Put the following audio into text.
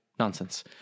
Nonsense